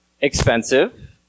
expensive